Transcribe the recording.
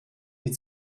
mit